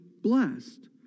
blessed